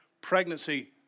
pregnancy